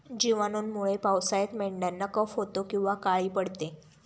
जिवाणूंमुळे पावसाळ्यात मेंढ्यांना कफ होतो किंवा काळी पडते